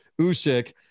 Usyk